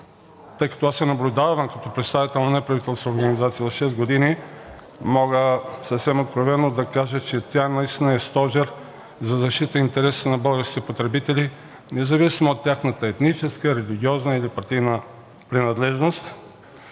тъй като аз я наблюдавам като представител на неправителствена организация от шест години, мога съвсем откровено да кажа, че тя наистина е стожер за защита интересите на българските потребители, независимо от тяхната етническа, религиозна или партийна принадлежност.